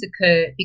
occur